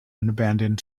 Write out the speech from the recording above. abandoned